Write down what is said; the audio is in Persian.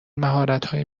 مهارتهایی